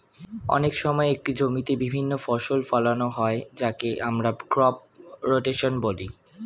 অনেক সময় একটি জমিতে বিভিন্ন ফসল ফোলানো হয় যাকে আমরা ক্রপ রোটেশন বলি